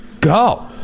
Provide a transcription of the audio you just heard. go